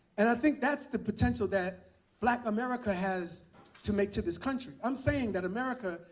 and i think that's the potential that black america has to make to this country. i'm saying that america,